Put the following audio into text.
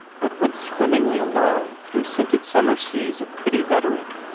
but went swimmingly along through scented summer seas of pretty rhetoric,